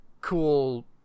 cool